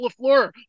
LaFleur